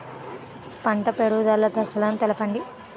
పంట పెరుగుదల దశలను తెలపండి?